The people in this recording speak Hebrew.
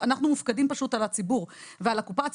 אנחנו מופקדים פשוט על הציבור ועל הקופה הציבורית,